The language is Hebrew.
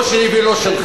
לא שלי ולא שלך.